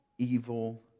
Evil